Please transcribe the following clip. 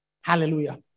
Hallelujah